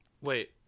Wait